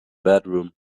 bedroom